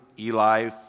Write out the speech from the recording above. Eli